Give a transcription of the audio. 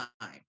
time